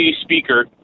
speaker